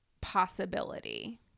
possibility